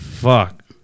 Fuck